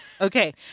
Okay